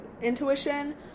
intuition